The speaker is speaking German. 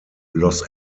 los